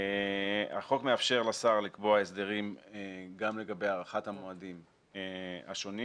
החוק מאפשר לשר לקבוע הסדרים גם לגבי הארכת המועדים השונים.